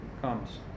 comes